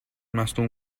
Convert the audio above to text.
مصدوم